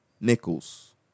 nickels